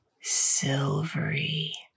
silvery